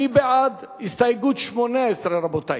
מי בעד הסתייגות 18, רבותי?